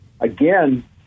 again